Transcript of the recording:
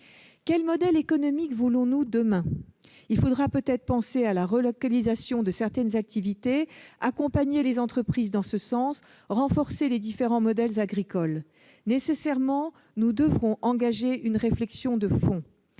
Quel modèle économique voulons-nous pour demain ? Il faudra peut-être envisager la relocalisation de certaines activités, accompagner les entreprises dans ce sens, renforcer les différents modèles agricoles ... Nous devrons nécessairement engager une réflexion de fond.